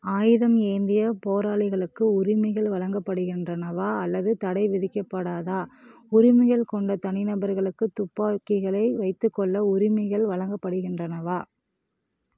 ஆயுதம் ஏந்திய போராளிகளுக்கு உரிமைகள் வழங்கப்படுகின்றனவா அல்லது தடை விதிக்கப்படாத உரிமைகள் கொண்ட தனிநபர்களுக்குத் துப்பாக்கிகளை வைத்துக்கொள்ள உரிமைகள் வழங்கப்படுகின்றனவா